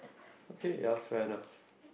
okay yeah fair enough